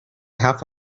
half